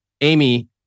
Amy